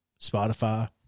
Spotify